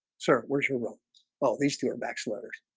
sir. where's your rose? well, these two are backs letters